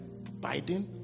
Biden